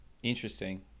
Interesting